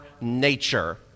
nature